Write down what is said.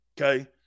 okay